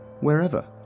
wherever